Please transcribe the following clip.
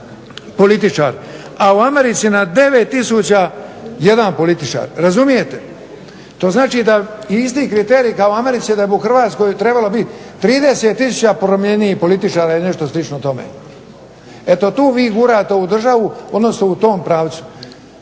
a u Americi na 9000 jedan političar. Razumijete? To znači da je isti kriterij da u Americi da bi u Hrvatskoj trebalo biti 30000 promjenjivih političara ili nešto slično tome. Eto tu vi gurate ovu državu, odnosno u tom pravcu.